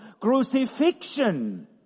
crucifixion